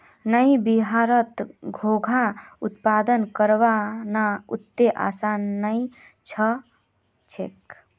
नइ बिहारत घोंघा उत्पादन करना अत्ते आसान नइ ह छेक